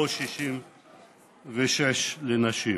או 66 לנשים.